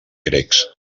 grecs